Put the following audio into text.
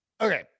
okay